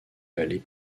vallées